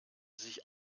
sich